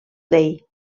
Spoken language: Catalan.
dei